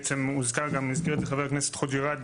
שהוזכר גם על ידי חבר הכנסת חוג'יראת,